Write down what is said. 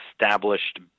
established